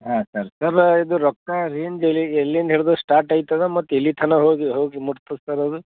ಹಾಂ sir sir ಇದು ರೊಕ್ಕ ರೇಂಜ್ ಎಲ್ಲಿ ಎಲ್ಲಿಂದ ಹಿಡಿದು ಸ್ಟಾರ್ಟ್ ಆಯ್ತು ಅದು ಮತ್ತು ಎಲ್ಲಿ ತನ ಹೋಗಿ ಹೋಗಿ ಮುಟ್ತದೆ ಸರ್ ಅದು